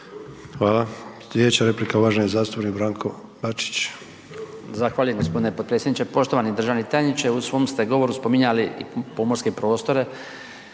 Hvala. Sljedeća replika uvaženi zastupnik Branko Bačić.